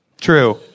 True